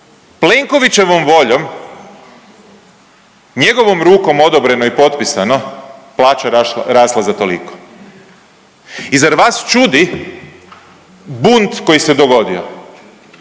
Plenkovićevom voljom, njegovom rukom odobreno i potpisano plaća rasla za toliko i zar vas čudi bunt koji se dogodio,